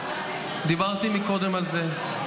דיברתי קודם על זה,